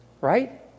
Right